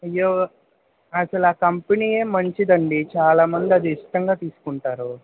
అయ్యో అసలు ఆ కంపెనీయే మంచిదండి చాలామంది అది ఇష్టంగా తీసుకుంటారు